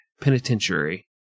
Penitentiary